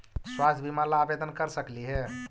स्वास्थ्य बीमा ला आवेदन कर सकली हे?